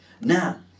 Now